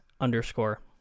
underscore